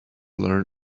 learn